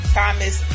Thomas